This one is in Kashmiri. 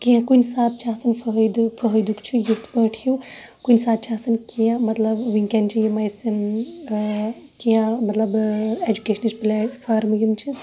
کیٚنٛہہ کُنہِ ساتہِ چھِ آسان فٲیدٕ فٲیدُک چھُ یِتھ پٲٹھۍ ہِیوٗ کُنہِ ساتہٕ چھُ آسان کیٚنٛہہ مطلب وٕنکٮ۪ن چھُ یِم اَسہِ کیٚنٛہہ مطلب ایجوکیشںٕچ پٕلیٹفارمہٕ یِم چھِ